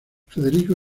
federico